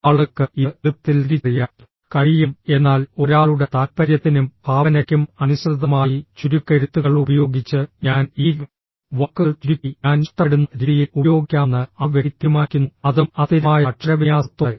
ആളുകൾക്ക് ഇത് എളുപ്പത്തിൽ തിരിച്ചറിയാൻ കഴിയും എന്നാൽ ഒരാളുടെ താൽപ്പര്യത്തിനും ഭാവനയ്ക്കും അനുസൃതമായി ചുരുക്കെഴുത്തുകൾ ഉപയോഗിച്ച് ഞാൻ ഈ വാക്കുകൾ ചുരുക്കി ഞാൻ ഇഷ്ടപ്പെടുന്ന രീതിയിൽ ഉപയോഗിക്കാമെന്ന് ആ വ്യക്തി തീരുമാനിക്കുന്നു അതും അസ്ഥിരമായ അക്ഷരവിന്യാസത്തോടെ